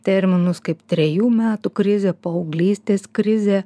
terminus kaip trejų metų krizė paauglystės krizė